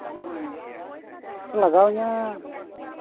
ᱞᱟᱜᱟᱣᱤᱧᱟᱹ